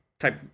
type